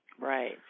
Right